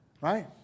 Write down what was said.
Right